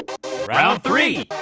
round three.